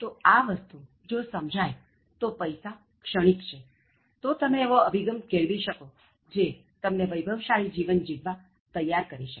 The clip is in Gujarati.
તો આ વસ્તુ જો સમજાય તો પૈસા ક્ષણિક છે તો તમે એવો અભિગમ કેળવી શકો જે તમને વૈભવશાળી જીવન જીવવા તૈયાર કરી શકે